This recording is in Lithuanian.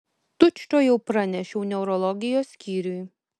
tučtuojau pranešiau neurologijos skyriui